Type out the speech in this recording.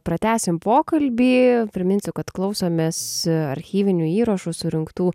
pratęsim pokalbį priminsiu kad klausomės archyvinių įrašų surinktų